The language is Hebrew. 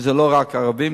וזה לא רק ערבים,